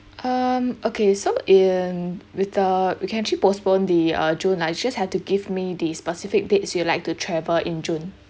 um okay so in with the we can actually postpone the uh june lah is just have to give me the specific dates you'd like to travel in june